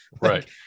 right